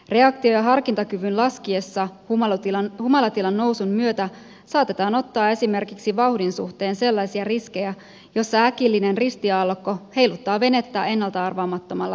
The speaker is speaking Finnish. reaktio ja harkintakyvyn laskiessa humalatilan nousun myötä saatetaan ottaa esimerkiksi vauhdin suhteen sellaisia riskejä joissa äkillinen ristiaallokko heiluttaa venettä ennalta arvaamattomalla tavalla